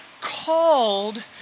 called